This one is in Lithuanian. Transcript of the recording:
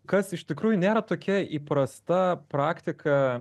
kas iš tikrųjų nėra tokia įprasta praktika